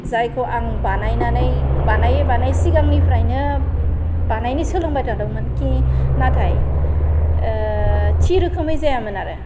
जायखौ आं बानायनानै बानायै बानायै सिगांनिफ्रायनो बानायनो सोलोंबाय थादोंमोन खि नाथाय थि रोखोमै जायामोन आरो